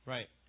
Right